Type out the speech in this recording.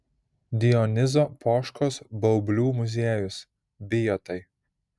dionizo poškos baublių muziejus bijotai